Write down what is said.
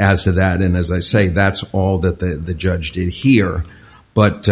as to that and as i say that's all that the judge did here but